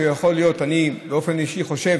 שיכול להיות אני באופן אישי חושב